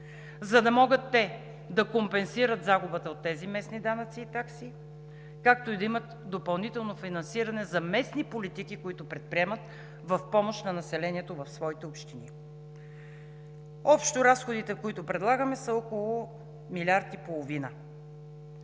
за да могат те да компенсират загубата от тези местни данъци и такси, както и да имат допълнително финансиране за местни политики, които предприемат в помощ на населението в своите общини. Общо разходите, които предлагаме, са около милиард и половина.